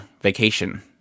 vacation